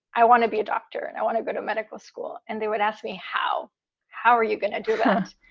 i want to be a doctor and i want to go to medical school. and they would ask me, how how are you going to do that,